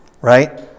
right